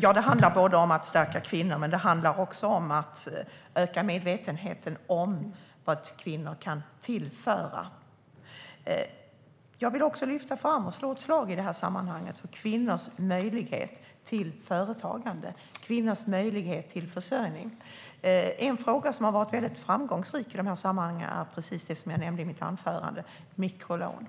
Det handlar om att stärka kvinnor men också om att öka medvetenheten om vad kvinnor kan tillföra. Jag vill i det här sammanhanget lyfta fram och slå ett slag för kvinnors möjlighet till företagande och till försörjning. En sak som har varit väldigt framgångsrik i sammanhangen är precis det som jag nämnde i mitt anförande, nämligen mikrolån.